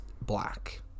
black